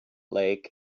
lake